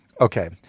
Okay